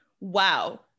wow